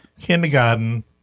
kindergarten